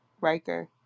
Riker